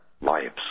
lives